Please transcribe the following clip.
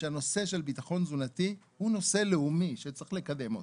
שהנושא של ביטחון תזונתי הוא נושא לאומי שצריך לקדם אותו.